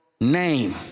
name